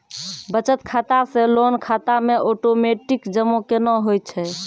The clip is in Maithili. बचत खाता से लोन खाता मे ओटोमेटिक जमा केना होय छै?